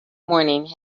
morning